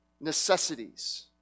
necessities